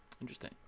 Interesting